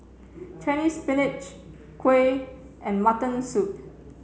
Chinese Spinach Kuih and Mutton Soup